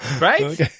Right